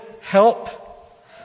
help